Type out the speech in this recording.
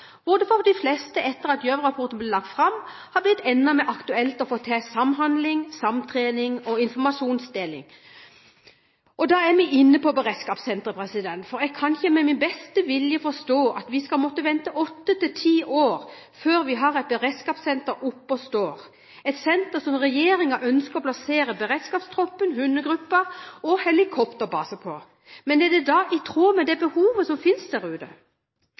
for de fleste – etter at Gjørv-rapporten ble lagt fram – har blitt enda mer aktuelt å få til samhandling, samtrening og informasjonsdeling. Da er vi inne på beredskapssenteret. Jeg kan ikke med min beste vilje forstå av vi skal måtte vente åtte–ti år før vi har et beredskapssenter oppe og står – et senter der regjeringen ønsker å plassere beredskapstroppen, hundegruppa og en helikopterbase. Men er det da i tråd med det behovet som finnes der ute?